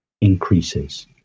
increases